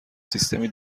سیستمی